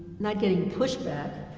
not getting pushback.